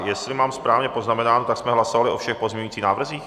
Jestli mám správně poznamenáno, tak jsme hlasovali o všech pozměňovacích návrzích?